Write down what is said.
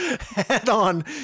head-on